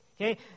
Okay